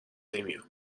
نمیام